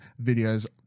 videos